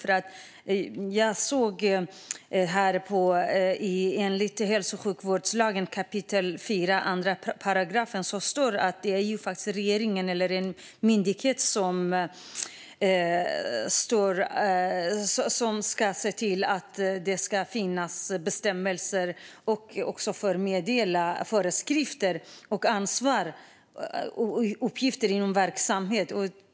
I hälso och sjukvårdslagen 4 kap. 2 § står att regeringen eller den myndighet som regeringen bestämmer får meddela föreskrifter om ansvar och uppgifter för verksamhetschefen.